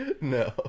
No